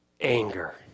anger